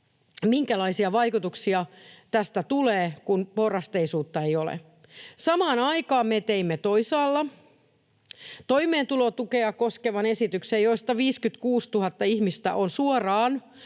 minkälaisia vaikutuksia tästä tulee, kun porrasteisuutta ei ole. Samaan aikaan me teimme toisaalla toimeentulotukea koskevan esityksen. 56 000 ihmistä on suoraan